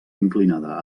inclinada